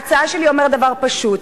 ההצעה שלי אומרת דבר פשוט: